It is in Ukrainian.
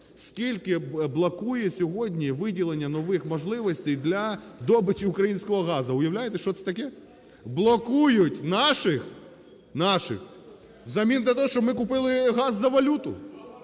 Скільки блокує сьогодні виділення нових можливостей для добичі українського газу? Уявляєте, що це таке? Блокують наших взамін на те, щоб ми купили газ за валюту!